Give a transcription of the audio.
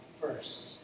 first